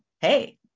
hey